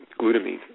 glutamine